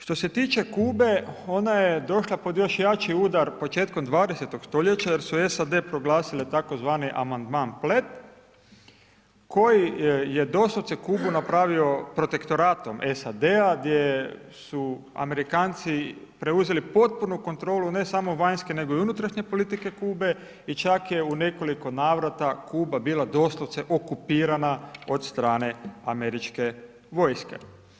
Što se tiče Kuba, ona je došla pod još jači udar početkom 20.-og stoljeća, jer su SAD proglasile tako zvani Amandman Platt, koji je doslovce Kubu napravio protektoratom SAD-a, gdje su Amerikanci preuzeli potpunu kontrolu, ne samo vanjske, nego i unutrašnje politike Kube, i čak je u nekoliko navrata Kuba bila doslovce okupirana od strane američke vojske.